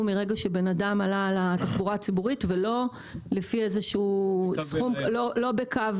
מרגע שאדם עלה לתחבורה הציבורית ולא בשעה קבועה.